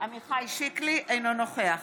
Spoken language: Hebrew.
עמיחי שיקלי, אינו נוכח